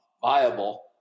viable